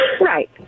Right